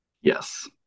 Yes